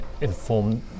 inform